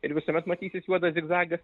ir visuomet matysis juodas zigzagas